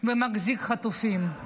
ומחזיק חטופים.